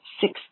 six